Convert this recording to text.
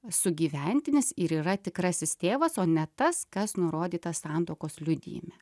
sugyventinis ir yra tikrasis tėvas o ne tas kas nurodyta santuokos liudijime